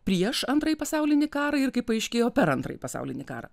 prieš antrąjį pasaulinį karą ir kaip paaiškėjo per antrąjį pasaulinį karą